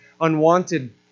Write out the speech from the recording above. unwanted